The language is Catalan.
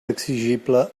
exigible